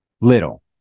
little